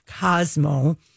Cosmo